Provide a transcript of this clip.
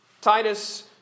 Titus